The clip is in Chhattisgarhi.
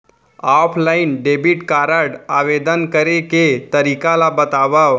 ऑफलाइन डेबिट कारड आवेदन करे के तरीका ल बतावव?